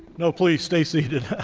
no. please stay seated.